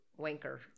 Wanker